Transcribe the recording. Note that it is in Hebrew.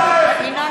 (קוראת בשם חבר הכנסת) ינון